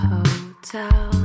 Hotel